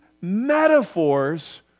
metaphors